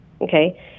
Okay